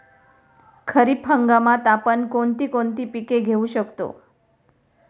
खरीप हंगामात आपण कोणती कोणती पीक घेऊ शकतो?